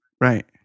Right